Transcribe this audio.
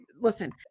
Listen